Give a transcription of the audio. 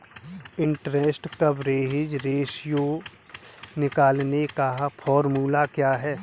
Interest coverage ratio निकालने का formula क्या है?